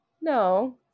No